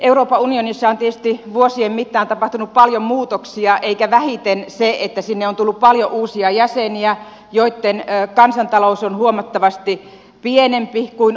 euroopan unionissa on tietysti vuosien mittaan tapahtunut paljon muutoksia eikä vähiten se että sinne on tullut paljon uusia jäseniä joitten kansantalous on huomattavasti pienempi kuin omamme